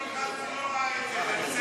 אורן חזן, זה בסדר.